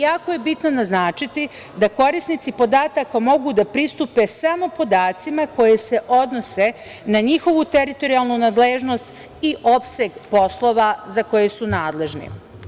Jako je bitno naznačiti da korisnici podataka mogu da pristupe samo podacima koji se odnose na njihovu teritorijalnu nadležnost i opseg poslova za koje su nadležni.